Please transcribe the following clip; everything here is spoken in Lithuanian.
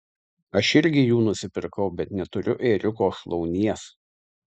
aš irgi jų nusipirkau bet neturiu ėriuko šlaunies